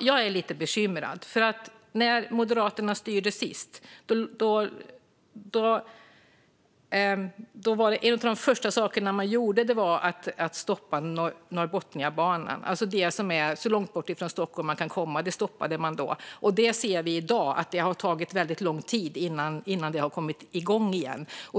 Jag är lite bekymrad. När Moderaterna styrde senast var en av de första saker man gjorde att stoppa Norrbotniabanan, som är så långt bort från Stockholm som det går att komma. Vi ser i dag att det har tagit väldigt lång tid att komma igång igen.